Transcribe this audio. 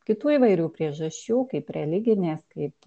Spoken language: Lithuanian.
kitų įvairių priežasčių kaip religinė kaip